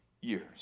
years